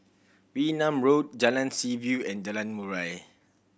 Wee Nam Road Jalan Seaview and Jalan Murai